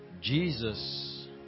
Jesus